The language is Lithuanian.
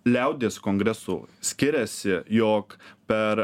liaudies kongreso skiriasi jog per